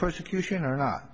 persecution or not